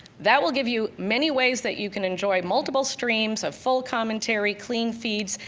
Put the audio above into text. that will give you many ways that you can enjoy multiple streams of full commentary, clean feeds,